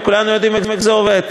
וכולנו יודעים איך זה עובד.